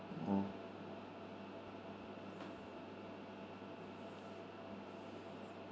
mm hmm